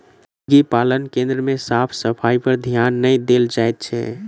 मुर्गी पालन केन्द्र मे साफ सफाइपर ध्यान नै देल जाइत छै